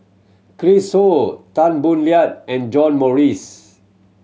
Chris Ho Tan Boo Liat and John Morrice